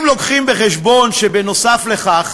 אם מביאים בחשבון שנוסף על כך